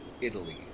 Italy